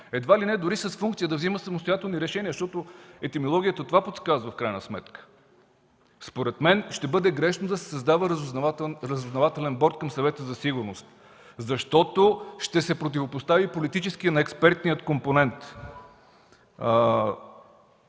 едва ли не дори с функция да взима самостоятелни решения. Защото етимологията това подсказва в крайна сметка. Според мен ще бъде грешно да се създава разузнавателен борд към Съвета за сигурност, защото ще се противопостави политическият на експертния компонент.